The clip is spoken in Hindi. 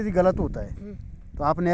दलहन की फसल किस सीजन में होती है?